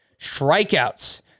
strikeouts